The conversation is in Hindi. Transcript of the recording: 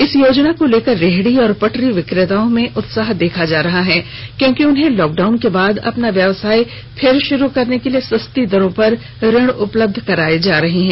इस योजना को लेकर रेहडी और पटरी विक्रेताओं में उत्साह देखा जा रहा है क्योंकि उन्हें लॉकडाउन के बाद अपना व्यवसाय फिर शुरू करने के लिए सस्ती दरों पर ऋण उपलब्ध कराए जा रहे हैं